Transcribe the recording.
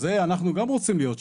אז זה אנחנו גם רוצים להיות שם.